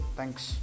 Thanks